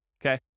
Okay